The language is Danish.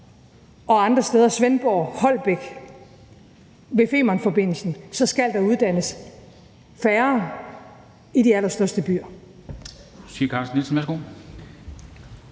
og andre steder som i Svendborg, Holbæk og ved Femernforbindelsen, så skal der uddannes færre i de allerstørste byer.